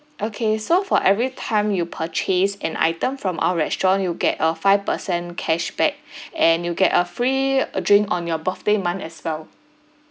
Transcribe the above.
okay so for every time you purchase an item from our restaurant you'll get a five percent cashback and you'll get a free uh drink on your birthday month as well